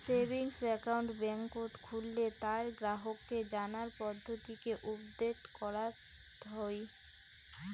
savings account বেংকত খুললে তার গ্রাহককে জানার পদ্ধতিকে উপদেট করাত হই